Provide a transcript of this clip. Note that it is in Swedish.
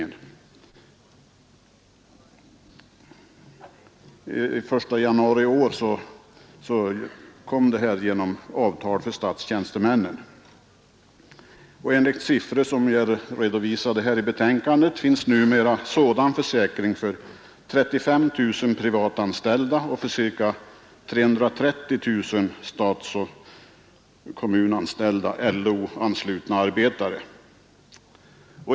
Från den 1 januari i år omfattas genom avtal även statstjänstemännen. Enligt siffror som redovisats i betänkandet finns numera sådan försäkring för ca 35 000 privatanställda och ca 330 000 statsoch kommunanställda LO-anslutna arbetare.